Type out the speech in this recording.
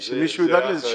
צריך שמישהו ידאג לזה.